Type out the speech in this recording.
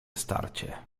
starcie